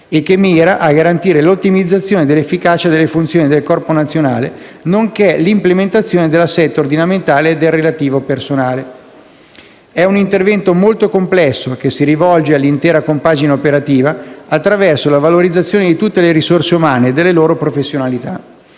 e che mira a garantire l'ottimizzazione dell'efficacia delle funzioni del Corpo nazionale nonché l'implementazione dell'assetto ordinamentale del relativo personale. È un intervento molto complesso che si rivolge all'intera compagine operativa, attraverso la valorizzazione di tutte le risorse umane e delle loro professionalità.